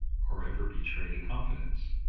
or ever betrayed a confidence.